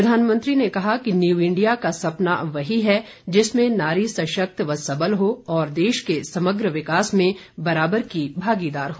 प्रधानमंत्री ने कहा कि न्यू इंडिया का सपना वही है जिसमें नारी सशक्त व सबल हो और देश के समग्र विकास में बराबर की भागीदार हो